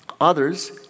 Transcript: Others